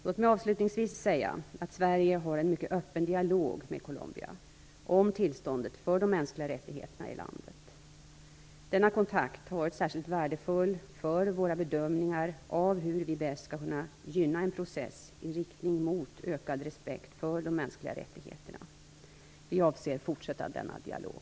Låt mig avslutningsvis säga att Sverige har en mycket öppen dialog med Colombia om tillståndet för de mänskliga rättigheterna i landet. Denna kontakt har varit särskilt värdefull för våra bedömningar av hur vi bäst skall kunna gynna en process i riktning mot ökad respekt för de mänskliga rättigheterna. Vi avser att fortsätta denna dialog.